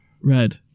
Red